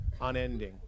unending